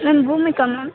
ನಾನು ಭೂಮಿಕಾ ಮ್ಯಾಮ್